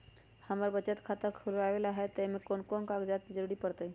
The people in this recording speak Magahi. हमरा बचत खाता खुलावेला है त ए में कौन कौन कागजात के जरूरी परतई?